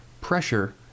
pressure